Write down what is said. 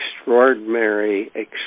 extraordinary